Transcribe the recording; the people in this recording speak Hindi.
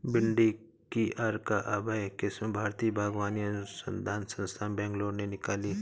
भिंडी की अर्का अभय किस्म भारतीय बागवानी अनुसंधान संस्थान, बैंगलोर ने निकाली